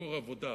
מקור עבודה.